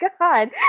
God